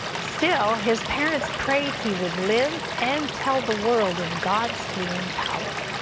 still, his parents prayed he would live and tell the world of god's healing power.